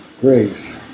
grace